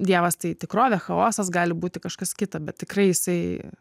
dievas tai tikrovė chaosas gali būti kažkas kita bet tikrai jisai